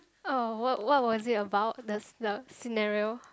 oh what what was it about the the scenario